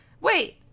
wait